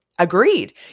Agreed